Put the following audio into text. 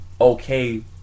okay